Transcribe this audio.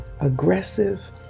aggressive